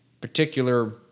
particular